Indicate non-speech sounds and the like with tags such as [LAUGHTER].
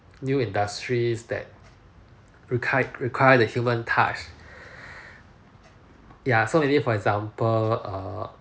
new industries that requi~ require the human task [BREATH] ya so maybe for example err